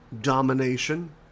domination